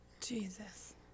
Jesus